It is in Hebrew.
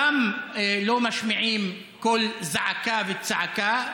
לא משמיעים קול זעקה וצעקה,